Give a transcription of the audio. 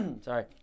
sorry